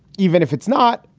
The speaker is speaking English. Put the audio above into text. even if it's not.